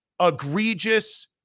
egregious